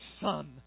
Son